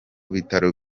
bitaro